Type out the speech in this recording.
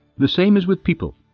the same is with people.